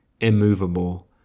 immovable